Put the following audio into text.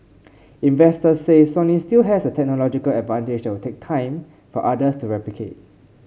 investors say Sony still has a technological advantage will take time for others to replicate